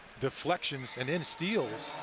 deflections and then steals.